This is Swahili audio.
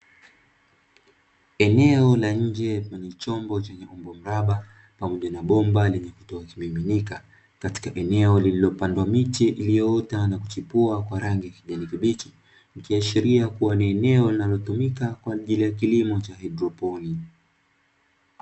Eneo la nje lenye chombo cha umbo mraba pamoja na bomba lenye kutoa kimiminika katika eneo lililopandwa miche iliyochipua kwa rangi ya kijani kibichi ikiashiria kuwa ni eneo linalotumika kwa ajili ya kilimo cha haidroponi.